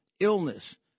illness